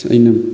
ꯑꯁ ꯑꯩꯅ